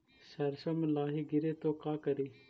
सरसो मे लाहि गिरे तो का करि?